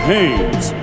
Hayes